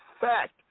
fact